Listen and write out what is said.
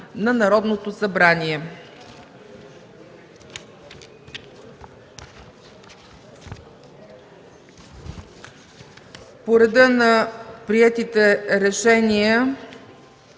на Народното събрание.